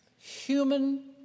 human